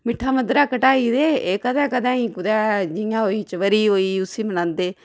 मिट्ठा मद्धरा घटाई गेदे एह् कदें कदें ई कुतै जि'यां च्वरी होई गेई उसी बनांदे